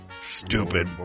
Stupid